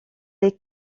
est